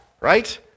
Right